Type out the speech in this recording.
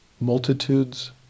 multitudes